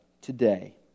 today